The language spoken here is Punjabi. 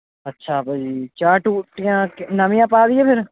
ਅੱਛਾ ਭਾਅ ਜੀ ਚਾਰ ਟੂਟੀਆਂ ਕ ਨਵੀਆਂ ਪਾ ਦੇਈਏ ਫਿਰ